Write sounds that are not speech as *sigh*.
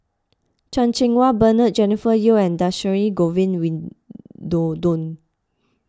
Chan Cheng Wah Bernard Jennifer Yeo and Dhershini Govin *unintelligible*